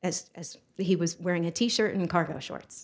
as as he was wearing a t shirt and cargo short